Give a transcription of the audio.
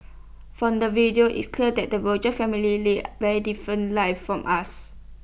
from the video it's clear that the Rogers family leads very different lives from us